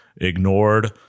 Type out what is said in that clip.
ignored